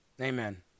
Amen